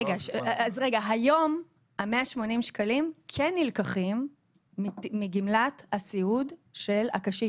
היום ה-180 שקלים כן נלקחים מגמלת הסיעוד של הקשיש,